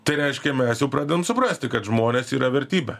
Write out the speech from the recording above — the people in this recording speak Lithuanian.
tai reiškia mes jau pradedam suprasti kad žmonės yra vertybė